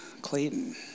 Clayton